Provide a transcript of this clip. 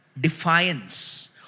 defiance